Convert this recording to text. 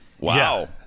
wow